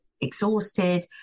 exhausted